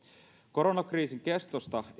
koronakriisin kestosta